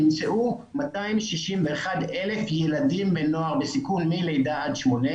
נמצאו 261,000 ילדים ונוער בסיכון מגיל לידה עד 18,